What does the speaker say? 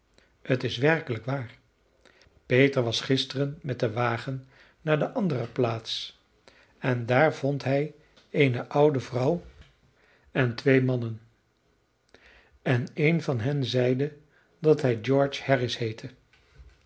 het is werkelijk waar peter was gisteren met den wagen naar de andere plaats en daar vond hij eene oude vrouw en twee mannen en een van hen zeide dat hij george harris heette